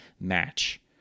match